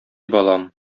балам